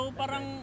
parang